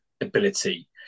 ability